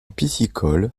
piscicole